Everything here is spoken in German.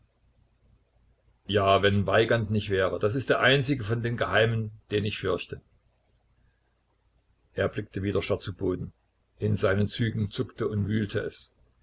ja wenn weigand nicht wäre das ist der einzige von den geheimen den ich fürchte er blickte wieder starr zu boden in seinen zügen zuckte und wühlte es